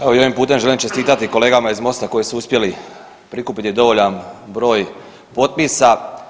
Evo, ovim putem želim čestitati kolegama iz Mosta koji su uspjeli prikupiti dovoljan broj potpisa.